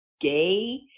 gay